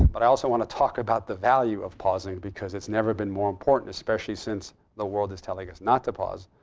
but i also want to talk about the value of pausing because it's never been more important, especially since the world is telling us not to pause.